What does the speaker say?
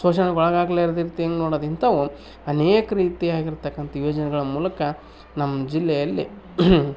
ಶೋಷಣೆಗೊಳಗಾಗಲಾರದಿದಂಗೆ ನೋಡೋದು ಇಂಥವು ಅನೇಕ ರೀತಿಯಾಗಿರ್ತಕ್ಕಂಥ ಯೋಜನೆಗಳ ಮೂಲಕ ನಮ್ಮ ಜಿಲ್ಲೆಯಲ್ಲಿ